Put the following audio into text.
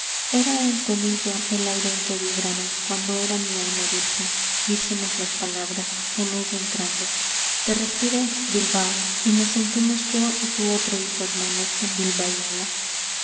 era el tonillo el aire en que vibraron cuando era mi alma virgen vírgenes las palabras en ella entrando te respiré bilbao y nos sentimos yo y tu otro hijo hermanos en bilbainía tuve un